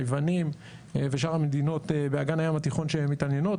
היוונים ושאר המדינות באגן הים התיכון שמתעניינות.